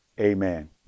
Amen